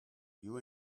you